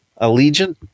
allegiant